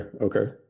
Okay